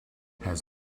has